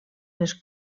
les